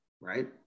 right